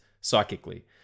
psychically